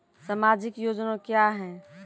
समाजिक योजना क्या हैं?